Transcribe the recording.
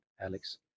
Alex